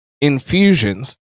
infusions